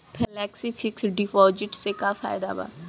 Flexi fix deposit से का फायदा भा?